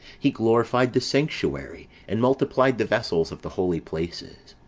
he glorified the sanctuary, and multiplied the vessels of the holy places.